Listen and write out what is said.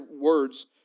words